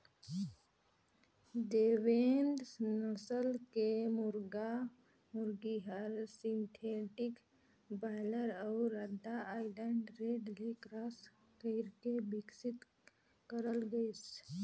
देवेंद नसल के मुरगा मुरगी हर सिंथेटिक बायलर अउ रद्दा आइलैंड रेड ले क्रास कइरके बिकसित करल गइसे